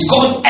God